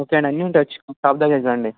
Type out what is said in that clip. okay అండీ అన్నీ ఉండవచ్చు షాప్ దగరికి రండి